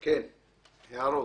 הערות.